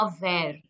aware